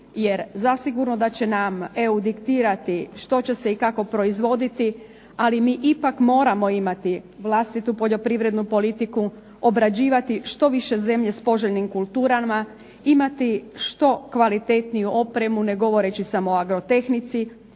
jer zasigurno da će nam EU diktirati što će se i kako proizvoditi, ali mi ipak moramo imati vlastitu poljoprivrednu politiku, obrađivati što više zemlje s poželjnim kulturama, imati što kvalitetniju opremu ne govoreći samo o agrotehnici,